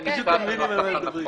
ונמצא את הנוסח הנכון.